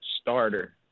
starter